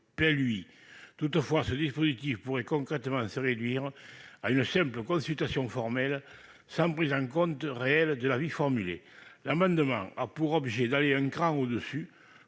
PLUI. Toutefois, ce dispositif pourrait concrètement se réduire à une simple consultation formelle, sans prise en compte réelle de l'avis formulé. Cet amendement a pour objet d'aller un cran au-dessus